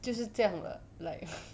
就是这样了 like